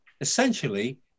Essentially